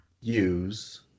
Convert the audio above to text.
use